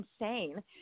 insane